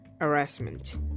harassment